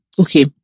okay